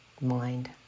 mind